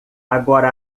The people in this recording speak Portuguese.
agora